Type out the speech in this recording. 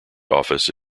office